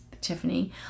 Tiffany